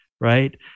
right